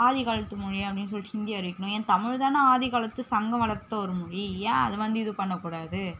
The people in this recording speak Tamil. ஆதி காலத்து மொழி அப்படின்னு சொல்லிட்டு ஹிந்தியை அறிவிக்கணும் ஏன் தமிழ் தானே ஆதி காலத்து சங்கம் வளர்த்த ஒரு மொழி ஏன் அது வந்து இது பண்ணக் கூடாது